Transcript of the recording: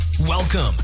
Welcome